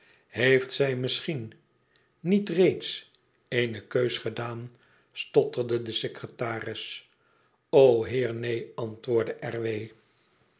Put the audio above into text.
heeft zij misschien niet reeds eene keus gedaan stotterde de secretaris heer neen antwoordde r